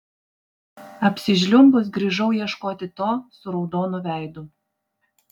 apsižliumbus grįžau ieškoti to su raudonu veidu